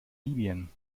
libyen